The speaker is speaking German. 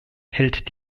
hält